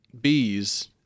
bees